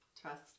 Trust